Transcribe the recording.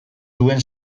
duen